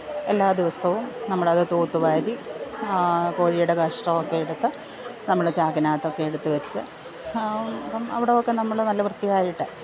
എല്ലാ ദിവസവും നമ്മൾ അത് തൂത്തുവാരി കോഴിയുടെ കാഷ്ടം ഒക്കെ എടുത്ത് നമ്മുടെ ചാക്കിനകത്തൊക്കെ എടുത്ത് വെച്ച് അപ്പം അവിടം ഒക്കെ നമ്മൾ നല്ല വൃത്തിയായിട്ട്